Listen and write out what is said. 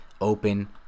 open